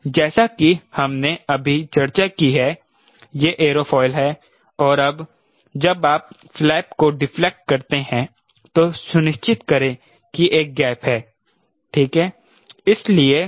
जैसा कि हमने अभी चर्चा की है यह एयरोफॉयल है और अब जब आप फ्लैप को डिफ्लेक्ट करते हैं तो सुनिश्चित करें कि एक गैप है ठीक है